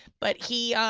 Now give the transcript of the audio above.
but he